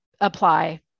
Apply